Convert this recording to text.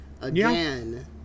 again